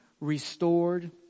restored